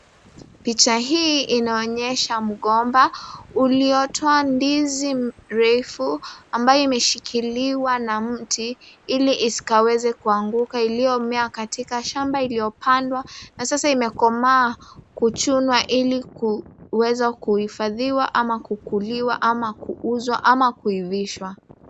Picha hii inaonyesha mgomba uliotoa ndizi refu ambaye imeshikiliwa na miti hili isiweze kuanguka, iliyomea katika shamba iliyopandwa na sasa imekomaa kuchunwa hili kuweza kuifadhiwa, ama kukuliwa, ama kuuzwa, ama kuivishwa.